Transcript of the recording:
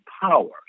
power